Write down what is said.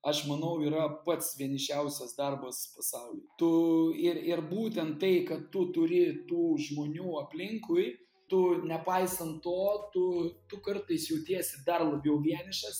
aš manau yra pats vienišiausias darbas pasauly tu ir ir būtent tai kad tu turi tų žmonių aplinkui tu nepaisant to tu tu kartais jautiesi dar labiau vienišas